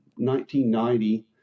1990